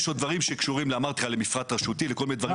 יש עוד דברים שקשורים למפרט רשותי ולכל מיני דברים כאלה.